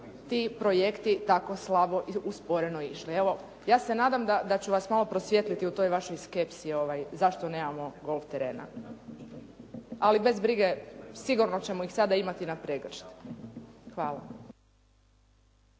ti projekti tako slabo, usporeno išli. Evo ja se nadam da ću vas malo prosvijetliti u toj vašoj skepsi zašto nemamo golf terena? Ali bez brige sigurno ćemo ih sada imati na pregršt. Hvala.